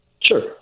Sure